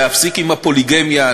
להפסיק עם הפוליגמיה,